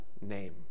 name